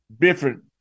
Different